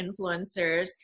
influencers